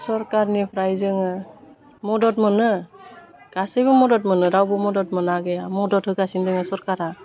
सरकारनिफ्राय जोङो मदद मोनो गासैबो मदद मोनो रावबो मदद मोना गैया मदद होगासिनो दोङो सरकारा